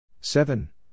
Seven